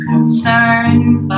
Concerned